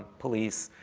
police,